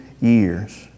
years